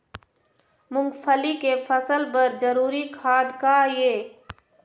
मूंगफली के फसल बर जरूरी खाद का ये?